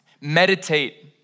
meditate